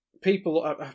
people